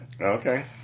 Okay